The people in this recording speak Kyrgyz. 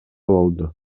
болду